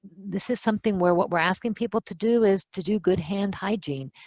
this is something where what we're asking people to do is to do good hand hygiene.